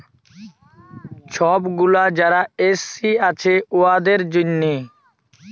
ছব গুলা যারা এস.সি আছে উয়াদের জ্যনহে